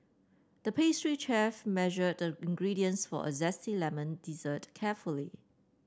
the pastry chef measured the ingredients for a zesty lemon dessert carefully